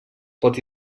pot